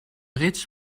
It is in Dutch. rits